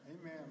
Amen